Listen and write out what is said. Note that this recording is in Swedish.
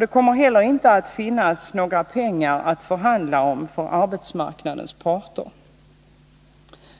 Det kommer heller inte att finnas några pengar att förhandla om för arbetsmarknadens parter.